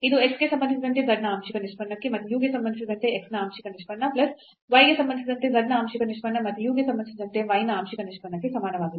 ಇದು x ಗೆ ಸಂಬಂಧಿಸಿದಂತೆ z ನ ಆಂಶಿಕ ನಿಷ್ಪನ್ನಕ್ಕೆ ಮತ್ತು u ಗೆ ಸಂಬಂಧಿಸಿದಂತೆ x ನ ಆಂಶಿಕ ನಿಷ್ಪನ್ನ ಪ್ಲಸ್ y ಗೆ ಸಂಬಂಧಿಸಿದಂತೆ z ನ ಆಂಶಿಕ ನಿಷ್ಪನ್ನ ಮತ್ತು u ಗೆ ಸಂಬಂಧಿಸಿದಂತೆ y ನ ಆಂಶಿಕ ನಿಷ್ಪನ್ನಕ್ಕೆ ಸಮಾನವಾಗಿದೆ